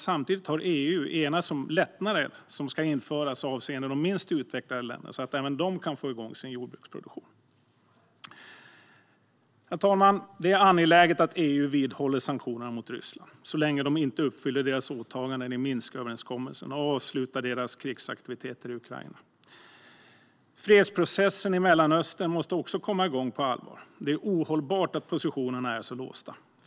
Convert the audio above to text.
Samtidigt har EU enats om lättnader som ska införas avseende de minst utvecklade länderna så att även dessa kan få igång sin jordbruksproduktion. Herr talman! Det är angeläget att EU vidhåller sanktionerna mot Ryssland så länge landet inte upprätthåller sina åtaganden i Minsköverenskommelsen och avslutar krigsaktiviteterna i Ukraina. Fredsprocessen i Mellanöstern måste också komma igång på allvar; det är ohållbart att positionerna är så låsta.